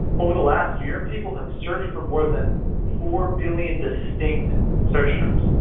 over the last year people have searched for more than four billion distinct search terms.